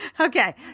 Okay